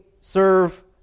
serve